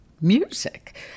music